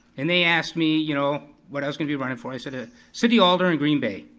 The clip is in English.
and they asked me, you know, what i was gonna be running for, i said the city alder in green bay.